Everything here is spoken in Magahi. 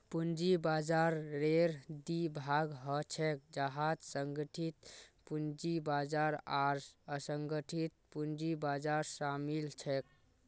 पूंजी बाजाररेर दी भाग ह छेक जहात संगठित पूंजी बाजार आर असंगठित पूंजी बाजार शामिल छेक